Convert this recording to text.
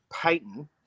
Payton